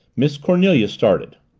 miss cornelia started.